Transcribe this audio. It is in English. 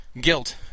guilt